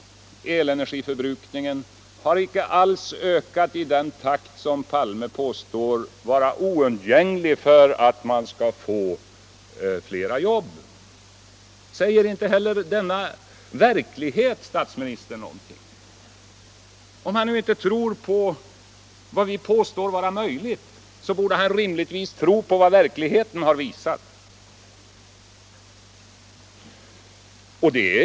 Elenergiförbrukningen har inte alls ökat i den takt som herr Palme påstår vara oundgänglig för att man skall få flera jobb. Säger inte denna verklighet statsministern någonting? Om han nu inte tror på vad vi påstår vara möjligt, så borde han rimligtvis tro på vad verkligheten visat.